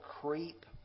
creep